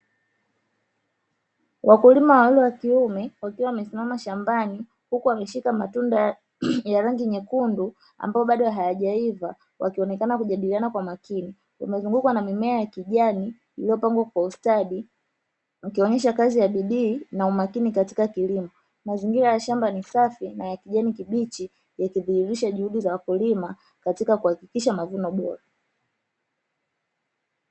Wakulima wawili wa wakiume wakiwa wamesimama shambani huku wameshika matunda ya rangi nyekundu ambayo bado hayajaiva, wakionekana kujadiliana kwa makini. Wamezungukwa na mimea ya kijani iliopangwa kwa ustadi wakionyesha kazi ya bidii na umakini katika kilimo. Mazingira ya shamba ni safi na kijini kibichi yakidhihirisha juhudi za wakulima katika kuhakikisha mavuno bora